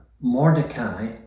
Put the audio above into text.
Mordecai